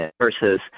versus